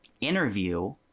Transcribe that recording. interview